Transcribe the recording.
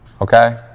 okay